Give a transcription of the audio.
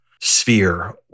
sphere